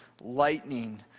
lightning